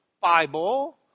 Bible